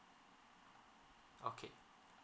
okay